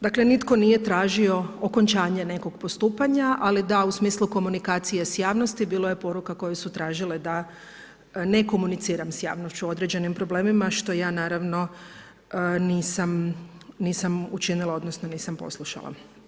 Dakle nitko nije tražio okončanje nekog postupanja, ali da u smislu komunikacije s javnosti bilo je poruka koje su tražile da ne komuniciram s javnošću o određenim problemima, što ja naravno nisam učinila odnosno nisam poslušala.